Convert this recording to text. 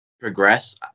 progress